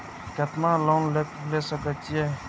केतना लोन ले सके छीये?